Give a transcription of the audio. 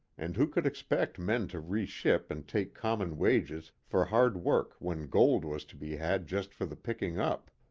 and who could expect men to re-ship and take common wages for hard work when gold was to be had just for the picking up?